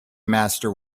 master